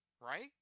right